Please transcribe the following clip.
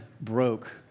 broke